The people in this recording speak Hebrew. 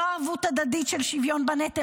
לא ערבות הדדית של שוויון בנטל,